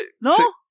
no